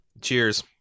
cheers